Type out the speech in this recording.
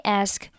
ask